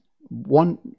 one